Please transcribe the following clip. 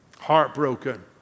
heartbroken